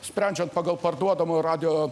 sprendžiant pagal parduodamų radijo